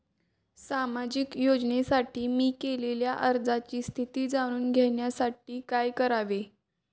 सामाजिक योजनेसाठी मी केलेल्या अर्जाची स्थिती जाणून घेण्यासाठी काय करावे?